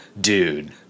dude